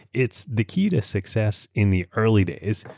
it's the key to success in the early days,